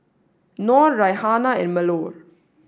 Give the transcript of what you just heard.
nor Raihana and Melur